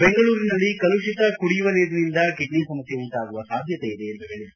ಬೆಂಗಳೂರಿನಲ್ಲಿ ಕಲುಷಿತ ಕುಡಿಯುವ ನೀರಿನಿಂದ ಕಿಡ್ನಿ ಸಮಸ್ಕೆ ಉಂಟಾಗುವ ಸಾಧ್ಯತೆ ಇದೆ ಎಂದು ತಿಳಿಸಿದರು